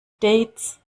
updates